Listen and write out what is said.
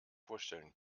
vorstellen